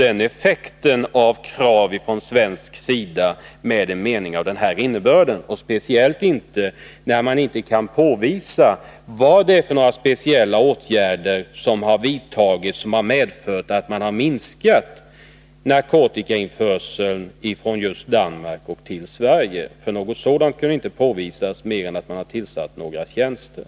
Effekten av krav från svensk sida bör inte tas bort av en mening av denna innebörd, speciellt som det i svaret inte kunde påvisas vilka särskilda åtgärder som har vidtagits och som har minskat den svenska narkotikainförseln från just Danmark. Det enda som kunde redovisas var att det hade tillsatts några tjänster.